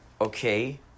okay